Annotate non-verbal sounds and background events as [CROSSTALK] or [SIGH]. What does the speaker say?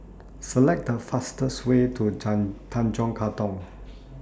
Select The fastest Way to [UNINTELLIGIBLE] Tanjong Katong